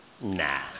nah